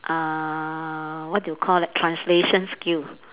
uh what do you call that translation skill